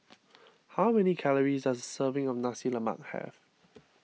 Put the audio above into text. how many calories does a serving of Nasi Lemak have